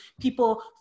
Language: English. people